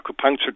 acupuncture